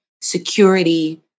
security